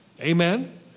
Amen